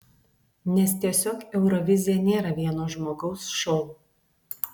nes tiesiog eurovizija nėra vieno žmogaus šou